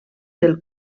del